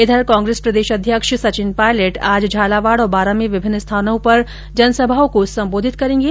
इधर कांग्रेस प्रदेश अध्यक्ष सचिन पायलट आज झालावाड़ और बांरा में विभिन्न स्थानों पर जनसभाओं को सम्बोधित करेंगे